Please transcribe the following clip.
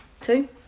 Two